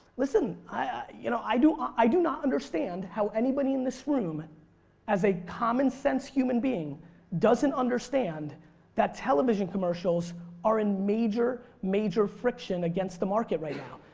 listen, i you know i do i do not understand how everybody in this room and as a commonsense human being doesn't understand that television commercials are in major, major friction against the market right now.